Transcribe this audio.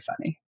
funny